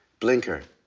blinker.